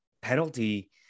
penalty